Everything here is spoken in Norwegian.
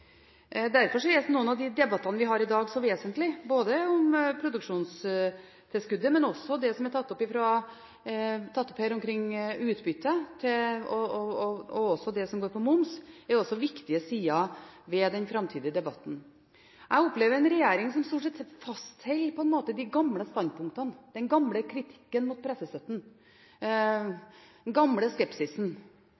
Derfor er noen av de debattene vi har i dag, vesentlige – både om produksjonstilskuddet og om utbytte, som er tatt opp her. Også det som går på moms, er viktig i den framtidige debatten. Jeg opplever en regjering som stort sett fastholder de gamle standpunktene, den gamle kritikken – den gamle skepsisen – mot pressestøtten.